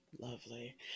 Lovely